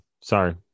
Sorry